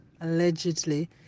allegedly